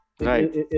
Right